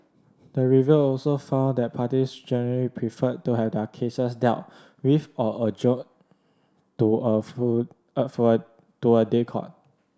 the review also found that parties generally preferred to have their cases dealt with or adjourned to a full a to a day court